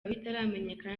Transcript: bitaramenyekana